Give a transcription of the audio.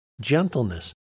gentleness